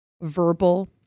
verbal